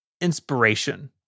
inspiration